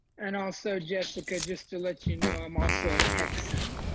and also jessica just to let you know i'm also a texan.